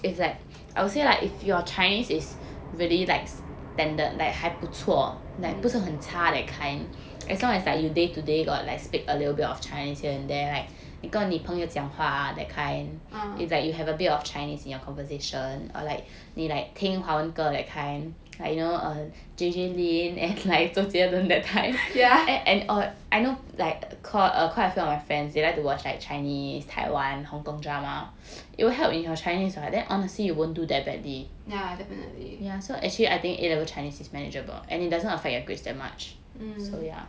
mm ah yeah yeah definitely mm